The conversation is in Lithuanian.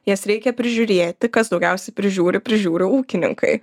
jas reikia prižiūrėti kas daugiausiai prižiūri prižiūri ūkininkai